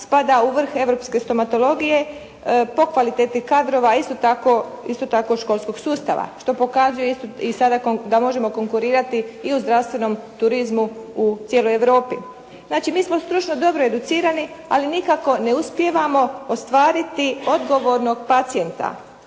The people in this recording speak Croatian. spada u vrh europske stomatologije po kvaliteti kadrova, a isto tako školskog sustava što pokazuje i sada da možemo konkurirati i u zdravstvenom turizmu u cijeloj Europi. Znači mi smo stručno dobro educirani, ali nikako ne uspijevamo ostvariti odgovornog pacijenta